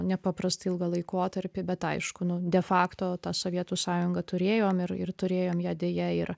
nepaprastai ilgą laikotarpį bet aišku nu de facto tą sovietų sąjungą turėjom ir ir turėjom ją deja ir